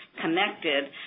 connected